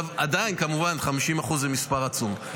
עדיין כמובן 50% זה מספר עצום,